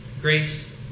Grace